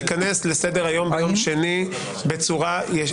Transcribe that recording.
ייכנס לסדר היום ביום שני בצורה מלאה.